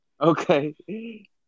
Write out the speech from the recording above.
Okay